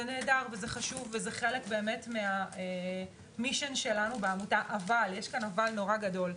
נהדר וזה חשוב וזה חלק מהחזון שלנו בעמותה אבל ויש כאן אבל נורא גדול,